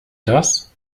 das